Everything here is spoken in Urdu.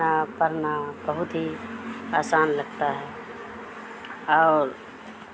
لکھنا پڑھنا بہت ہی آسان لگتا ہے اور